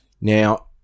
Now